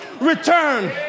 return